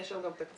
יש שם גם תקציבים.